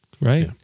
right